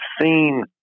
seen